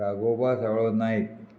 Ragoba Salo Naik